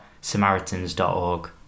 samaritans.org